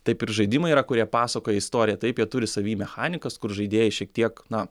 taip ir žaidimai yra kurie pasakoja istoriją taip jie turi savy mechanikos kur žaidėjai šiek tiek na